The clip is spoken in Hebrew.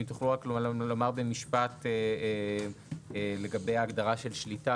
האם תוכלו רק לומר במשפט לגבי ההגדרה של שליטה,